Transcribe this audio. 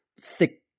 thick